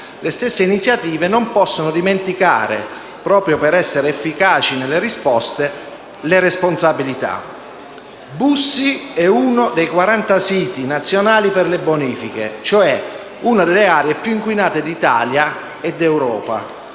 le stesse iniziative non possono dimenticare, proprio per essere efficaci nelle risposte, le responsabilità. Bussi è uno dei quaranta siti nazionali per le bonifiche, cioè una delle aree più inquinate d'Italia e d'Europa,